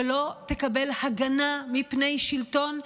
שלא תקבל הגנה מפני שלטון,